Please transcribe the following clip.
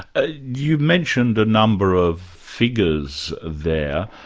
ah you mentioned a number of figures there.